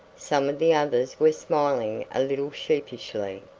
some of the others were smiling a little sheepishly,